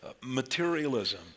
materialism